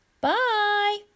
bye